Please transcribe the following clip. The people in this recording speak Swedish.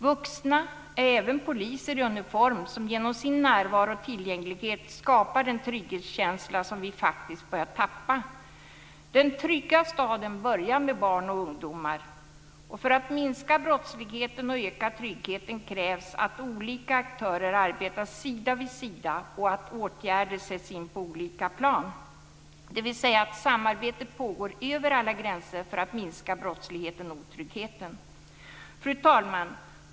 Vuxna är även poliser i uniform, som genom sin närvaro och tillgänglighet skapar den trygghetskänsla som vi faktiskt börjar tappa. Den trygga staden börjar med barn och ungdomar. För att minska brottsligheten och öka tryggheten krävs att olika aktörer arbetar sida vid sida och att åtgärder sätts in på olika plan, dvs. att samarbetet pågår över alla gränser för att minska brottsligheten och otryggheten. Fru talman!